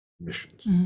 missions